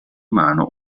mano